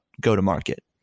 go-to-market